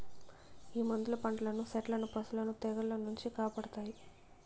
ఈ మందులు పంటలను సెట్లను పశులను తెగుళ్ల నుంచి కాపాడతాయి